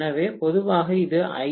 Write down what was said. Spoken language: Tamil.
எனவே பொதுவாக இது ஐ